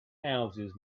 houses